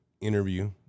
interview